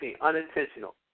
unintentional